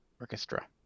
Orchestra